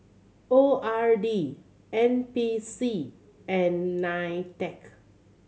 O R D N P C and NITEC